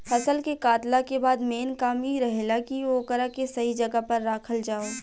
फसल के कातला के बाद मेन काम इ रहेला की ओकरा के सही जगह पर राखल जाव